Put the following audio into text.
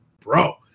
bro